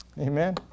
Amen